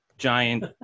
giant